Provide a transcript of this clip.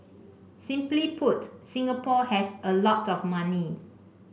simply put Singapore has a lot of money